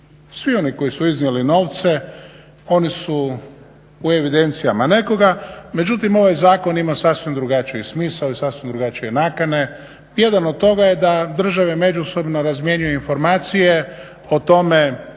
Svi oni koji su iznijeli novce oni su u evidencijama nekoga. Međutim ovaj zakon ima sasvim drugačiji smisao i sasvim drugačije nakane. Jedan od toga je da države međusobno razmjenjuju informacije o tome